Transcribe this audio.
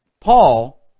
Paul